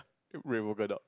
red polka dots